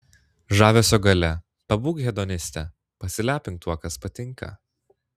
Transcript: žavesio galia pabūk hedoniste pasilepink tuo kas patinka